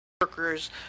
workers